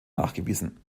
nachgewiesen